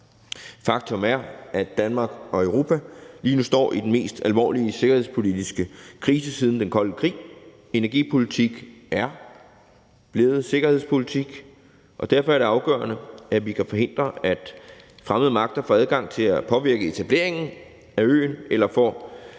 Faktum er, at Danmark og Europa lige nu står i den mest alvorlige sikkerhedspolitiske krise siden den kolde krig. Energipolitik er blevet sikkerhedspolitik, og derfor er det afgørende, at vi kan forhindre, at fremmede magter får adgang til at påvirke etableringen af øen eller får